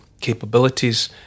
capabilities